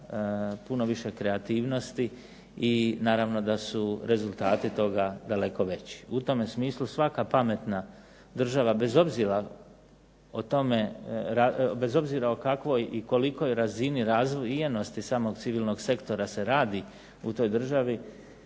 puno više kreativnosti i naravno da su rezultati toga daleko veći. U tome smislu svaka pametna država, bez obzira o kakvoj i kolikoj razini razvijenosti samog civilnog sektora se radi u toj državi